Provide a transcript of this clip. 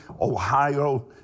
Ohio